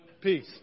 peace